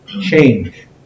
change